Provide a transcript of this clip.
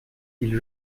ils